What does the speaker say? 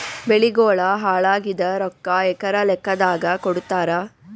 ಬೆಳಿಗೋಳ ಹಾಳಾಗಿದ ರೊಕ್ಕಾ ಎಕರ ಲೆಕ್ಕಾದಾಗ ಕೊಡುತ್ತಾರ?